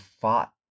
fought